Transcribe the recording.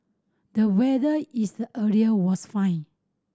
the weather is the area was fine